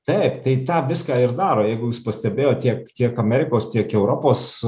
taip tai tą viską ir daro jeigu jūs pastebėjot tiek tiek amerikos tiek europos